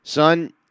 Son